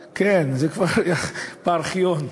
כן, זה כבר בארכיון.